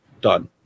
done